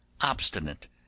obstinate